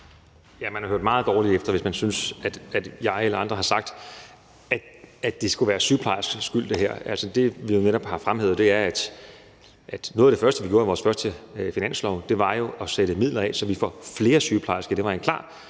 skal have hørt meget dårligt efter, hvis man synes, at jeg eller andre har sagt, at det skulle være sygeplejerskernes skyld. Noget af det første, vi gjorde i vores første finanslov, var at sætte midler af, så vi får flere sygeplejersker. Det var en klar